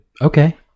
Okay